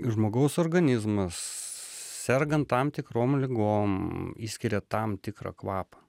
žmogaus organizmas sergant tam tikrom ligom išskiria tam tikrą kvapą